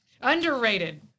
Underrated